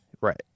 Right